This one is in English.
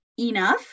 enough